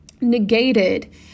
negated